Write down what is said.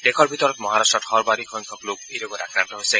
দেশৰ ভিতৰত মহাৰাট্টত সৰ্বাধিক সংখ্যক লোক এই ৰোগত আক্ৰান্ত হৈছে